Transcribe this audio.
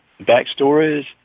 backstories